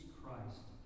Christ